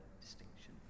distinction